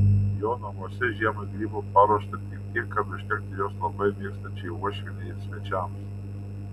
jo namuose žiemai grybų paruošta tik tiek kad užtektų juos labai mėgstančiai uošvienei ir svečiams